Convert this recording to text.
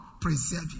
preserve